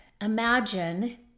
imagine